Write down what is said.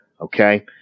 Okay